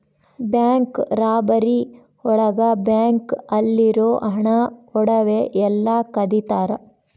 bank robbery ಒಳಗ bank ಅಲ್ಲಿರೋ ಹಣ ಒಡವೆ ಎಲ್ಲ ಕದಿತರ